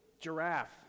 Giraffe